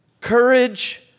courage